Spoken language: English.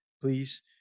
please